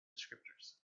descriptors